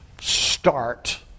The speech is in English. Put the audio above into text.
start